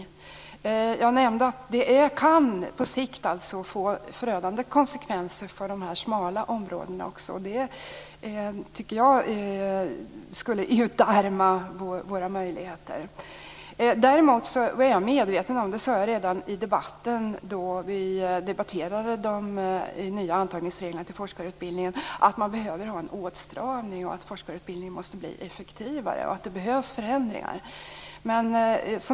Som jag nämnde kan det på sikt bli förödande konsekvenser för de smala områdena, och det skulle utarma möjligheterna. Jag är medveten om - det sade jag redan i debatten om de nya antagningsreglerna till forskarutbildningen - att en åtstramning behövs. Forskarutbildningen måste bli effektivare, och förändringar behövs.